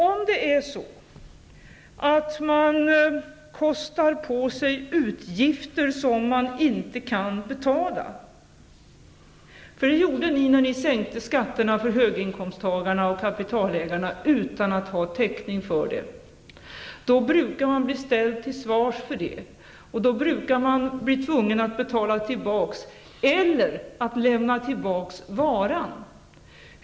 Om man kostar på sig utgifter som man inte kan betala -- och det gjorde ni när ni sänkte skatterna för kapitalägarna och höginkomsttagarna utan att ha täckning för det -- brukar man bli ställd till svars för det. Då brukar man bli tvungen att betala tillbaka pengarna eller lämna tillbaka varan.